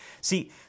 see